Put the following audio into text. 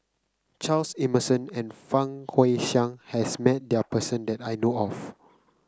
Charles Emmerson and Fang Guixiang has met there person that I know of